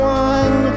one